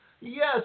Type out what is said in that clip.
yes